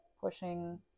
pushing